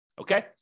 Okay